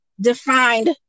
defined